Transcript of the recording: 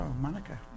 Monica